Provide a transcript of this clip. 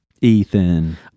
Ethan